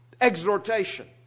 exhortation